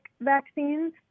vaccines